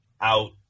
out